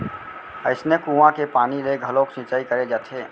अइसने कुँआ के पानी ले घलोक सिंचई करे जाथे